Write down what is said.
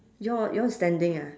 your yours standing ah